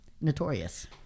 notorious